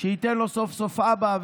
שייתן לו סוף-סוף אבא,